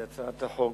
הצעת החוק